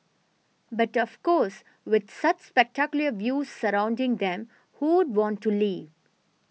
but of course with such spectacular views surrounding them who want to leave